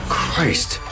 Christ